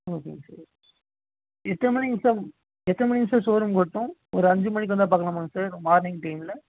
ஓகேங்க சார் எத்தனை மணிக்கு சார் எத்தனை மணிக்கு சார் ஷோரூமுக்கு வரட்டும் ஒரு அஞ்சு மணிக்கு வந்தால் பார்க்கலாமாங்க சார் மார்னிங் டைமில்